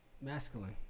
masculine